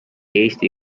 eesti